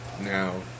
now